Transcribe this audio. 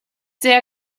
sehr